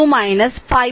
142 ampere